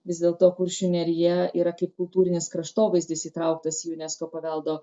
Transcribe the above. vis dėlto kuršių nerija yra kaip kultūrinis kraštovaizdis įtrauktas į unesco paveldo